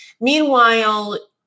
Meanwhile